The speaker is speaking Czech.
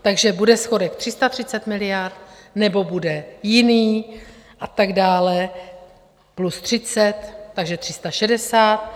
Takže bude schodek 330 miliard, nebo bude jiný a tak dále, plus 30, takže 360?